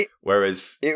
Whereas